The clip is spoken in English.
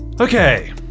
Okay